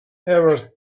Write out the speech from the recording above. ever